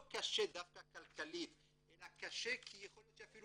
לא קשה דווקא כלכלית אלא קשה כי יכול להיות שאפילו